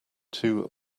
two